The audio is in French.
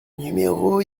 numéro